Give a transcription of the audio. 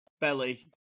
belly